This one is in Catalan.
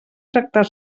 tractar